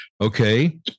okay